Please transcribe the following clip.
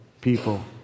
people